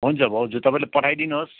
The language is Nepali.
हुन्छ भाउजू तपाईँले पठाइदिनुहोस्